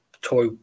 toy